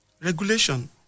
Regulation